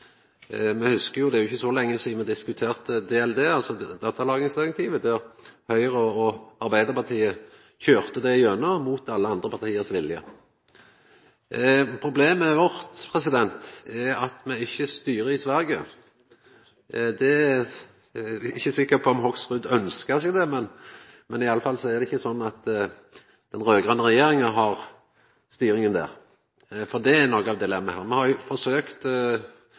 me diskuterte DLD, datalagringsdirektivet. Høgre og Arbeidarpartiet køyrde det gjennom, mot viljen til alle andre parti. Problemet vårt er at me ikkje styrer i Sverige. Eg er ikkje sikker på om Hoksrud ønskjer seg det, men i alle fall er det ikkje slik at den raud-grøne regjeringa har styringa der. Det er nemleg noko av dilemmaet her. Representanten Hoksrud veit at me har forsøkt å ha samtalar med svenske styresmakter om denne FRA-lova, men ein kom for så vidt ikkje nokon veg, for det er jo